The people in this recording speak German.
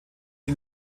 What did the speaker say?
die